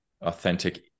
authentic